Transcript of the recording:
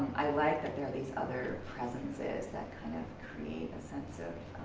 i like that there are these other presences that kind of create a sense of,